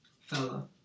Fella